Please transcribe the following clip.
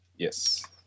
Yes